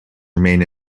remain